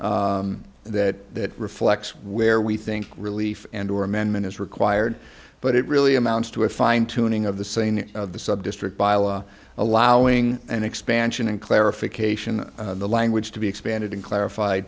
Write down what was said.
staff that reflects where we think relief and or amendment is required but it really amounts to a fine tuning of the saying the subdistrict by law allowing an expansion and clarification the language to be expanded and clarified